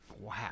wow